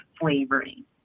flavoring